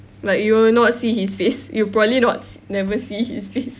like you will not see his face you probably not s~ never see his face